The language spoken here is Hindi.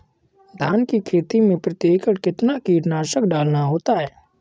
धान की खेती में प्रति एकड़ कितना कीटनाशक डालना होता है?